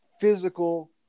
physical